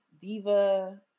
diva